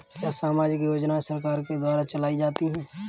क्या सामाजिक योजनाएँ सरकार के द्वारा चलाई जाती हैं?